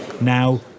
now